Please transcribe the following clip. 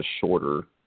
shorter